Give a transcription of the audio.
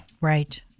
Right